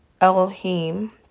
Elohim